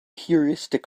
heuristic